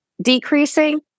decreasing